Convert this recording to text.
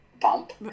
bump